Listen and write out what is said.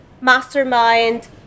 mastermind